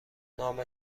نام